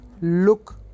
look